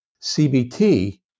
CBT